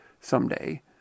someday